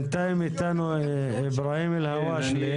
בינתיים איתנו איברהים אלהואשלה.